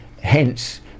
hence